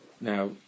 now